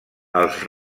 els